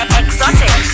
exotic